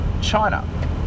China